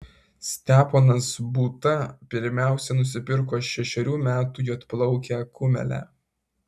steponas būta pirmiausia nusipirko šešerių metų juodplaukę kumelę